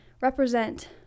represent